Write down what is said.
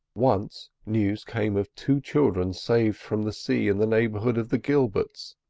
once news came of two children saved from the sea in the neighbourhood of the gilberts,